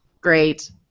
great